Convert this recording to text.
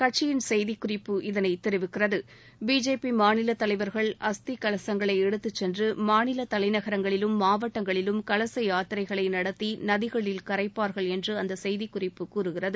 கட்சியின் செய்திகுறிப்பு இதனை தெரிவிக்கிறது பிஜேபி மாநிலத் தலைவர்கள் அஸ்தி கலசங்களை எடுத்துச்சென்று மாநில தலைநகரங்களிலும் மாவட்டங்களிலும் கலச யாத்தினரகளை நடத்தி நதிகளில் கரைப்பார்கள் என்று அந்த செய்திகுறிப்பு கூறுகிறது